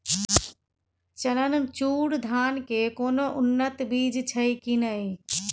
चननचूर धान के कोनो उन्नत बीज छै कि नय?